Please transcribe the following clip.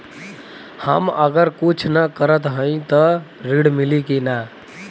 हम अगर कुछ न करत हई त ऋण मिली कि ना?